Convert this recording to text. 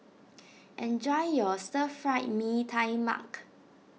enjoy your Stir Fried Mee Tai Mak